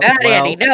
No